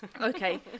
Okay